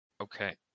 Okay